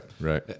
right